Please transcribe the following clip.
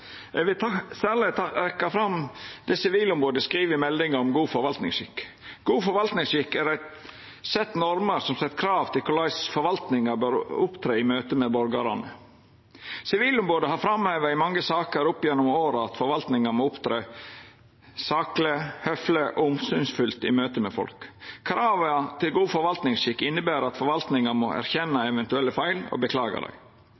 Eg vil særleg trekkja fram det Sivilombodet i meldinga skriv om god forvaltningsskikk: «God forvaltningsskikk er et sett med normer som stiller krav til hvordan forvaltningen bør opptre i møtet med borgerne.» Sivilombodet har i mange saker opp gjennom åra framheva at forvaltninga må opptre sakleg, høfleg og omsynsfullt i møtet med folk. Krava til god forvaltningsskikk inneber at forvaltninga må erkjenna eventuelle feil og beklaga dei.